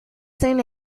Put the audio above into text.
sin